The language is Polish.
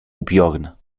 upiorna